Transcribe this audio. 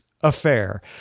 affair